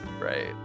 right